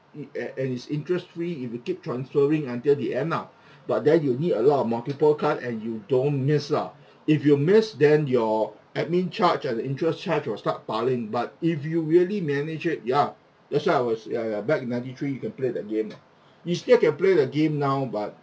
it and and it's interest-free if you keep transferring until the end lah but then you need a lot of multiple card and you don't miss ah if you miss then your admin charge and the interest charge will start piling but if you really manage it ya that's why I was ya ya back in ninety three you can play that game you still can play the game now but